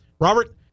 Robert